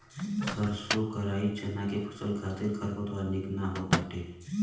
सरसों कराई चना के फसल खातिर खरपतवार निक ना होत बाटे